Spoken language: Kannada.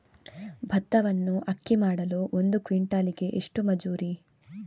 ಭತ್ತವನ್ನು ಅಕ್ಕಿ ಮಾಡಲು ಒಂದು ಕ್ವಿಂಟಾಲಿಗೆ ಎಷ್ಟು ಮಜೂರಿ?